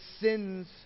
sins